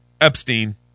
Epstein